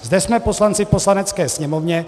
Zde jsme poslanci v Poslanecké sněmovně.